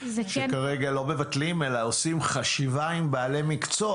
שכרגע לא מבטלים אלא עושים חשיבה עם בעלי מקצוע.